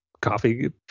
coffee